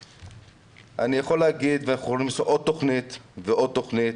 יש עוד תכנית ועוד תכנית,